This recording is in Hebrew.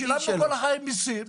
שילמנו כל החיים מיסים,